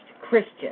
Christian